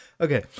Okay